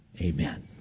amen